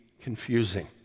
confusing